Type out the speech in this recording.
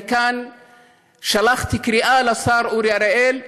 אני מכאן שלחתי קריאה לשר אורי אריאל,